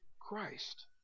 Christ